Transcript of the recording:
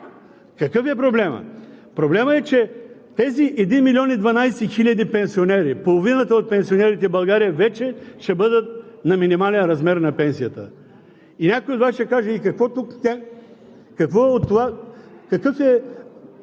Какъв е проблемът? Проблемът е, че тези 1 млн. 12 хил. пенсионери – половината от пенсионерите в България вече ще бъдат на минимален размер на пенсията. И някой от Вас ще каже: и какво от това? Какъв е